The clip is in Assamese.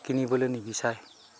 কিনিবলৈ নিবিচাৰে